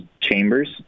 Chambers